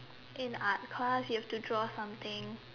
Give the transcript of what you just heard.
in art class you have to draw something